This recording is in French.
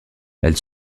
elle